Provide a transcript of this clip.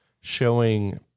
showing